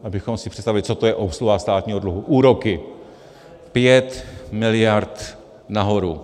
Abychom si představili, co to je obsluha státního dluhu úroky, 5 mld. nahoru.